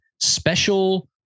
special